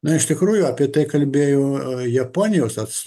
na iš tikrųjų apie tai kalbėjo japonijos atstovas